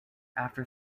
after